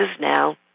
now